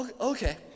okay